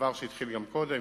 דבר שהתחיל גם קודם,